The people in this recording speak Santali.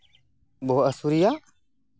ᱵᱚᱦᱚᱜ ᱦᱟᱹᱥᱩᱭᱮᱭᱟ